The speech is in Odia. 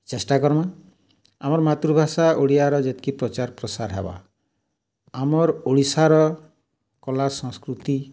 ଚେଷ୍ଟା କର୍ମା ଆମର୍ ମାତୃଭାଷା ଓଡ଼ିଆର ଯେତ୍କି ପ୍ରଚାର୍ ପ୍ରସାର୍ ହେବା ଆମର୍ ଓଡ଼ିଶାର କଲା ସଂସ୍କୃତି